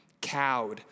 cowed